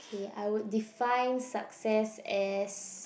K I would define success as